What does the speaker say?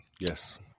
Yes